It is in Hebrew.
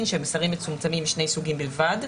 שהם מסרים מצומצמים משני סוגים בלבד.